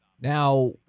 Now